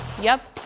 yup,